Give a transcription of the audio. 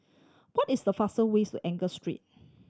what is the faster ways to Angus Street